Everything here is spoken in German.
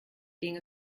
ging